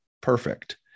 perfect